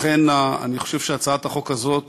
לכן, אני חושב שהצעת החוק הזאת